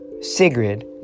Sigrid